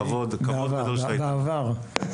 בוקר טוב,